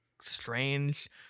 strange